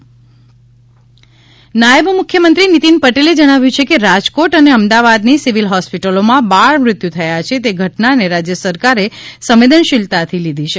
બાળ મૃત્યુ નાયબ મુખ્યમંત્રી નિતિન પટેલે જણાવ્યુ છે કે રાજકોટ અને અમદાવાદની સિવિલ હોસ્પિટલોમાં બાળ મૃત્યુ થયા છે તે ઘટનાને રાજય સરકારે સંવેદનશીલતાથી લીધી છે